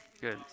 good